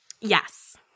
Yes